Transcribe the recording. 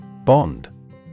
Bond